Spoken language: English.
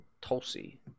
Tulsi